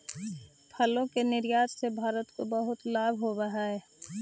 फलों के निर्यात से भारत को बहुत लाभ होवअ हई